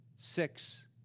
Six